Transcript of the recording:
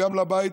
גם לבית,